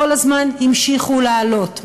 כל הזמן המשיכו לעלות,